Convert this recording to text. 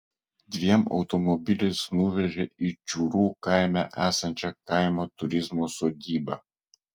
dviem automobiliais nuvežė į čiūrų kaime esančią kaimo turizmo sodybą